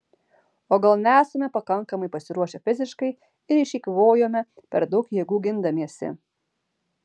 o gal nesame pakankamai pasiruošę fiziškai ir išeikvojome per daug jėgų gindamiesi